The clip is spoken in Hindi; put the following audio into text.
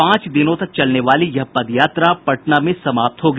पांच दिनों तक चलने वाली यह पदयात्रा पटना में समाप्त होगी